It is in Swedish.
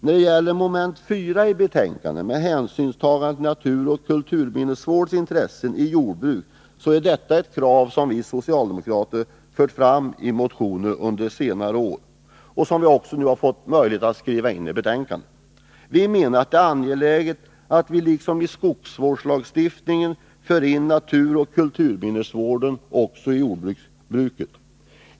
Kravet i punkt 4 om hänsynstagande till naturvårdens och kulturminnesvårdens intressen vid jordbruk har vi socialdemokrater fört fram i motioner under senare år. Vi anser det angeläget att på samma sätt som i skogsvårdslagstiftningen införa naturoch kulturminnesvården på jordbrukets område.